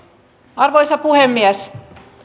arvoisa puhemies